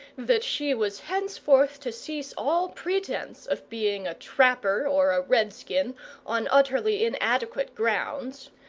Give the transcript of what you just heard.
that she was henceforth to cease all pretence of being a trapper or a redskin on utterly inadequate grounds,